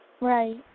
Right